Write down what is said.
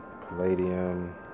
palladium